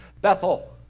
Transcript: Bethel